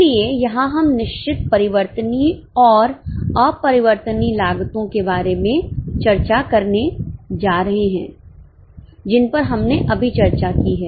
इसलिए यहां हम निश्चित परिवर्तनीय और अपरिवर्तनीय लागतो के बारे में चर्चा करने जा रहे हैं जिन पर हमने अभी चर्चा की है